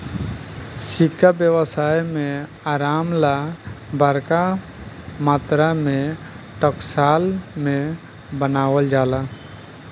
सिक्का व्यवसाय में आराम ला बरका मात्रा में टकसाल में बनावल जाला